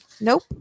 Nope